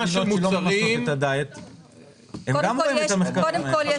אפשרות לקנות מוצרים --- קודם כול,